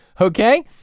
okay